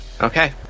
okay